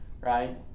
right